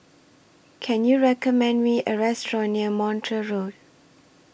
Can YOU recommend Me A Restaurant near Montreal Road